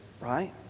Right